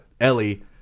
ellie